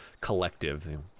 collective